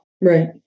Right